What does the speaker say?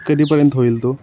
कधीपर्यंत होईल तो